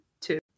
two